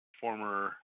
former